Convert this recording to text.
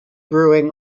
brewing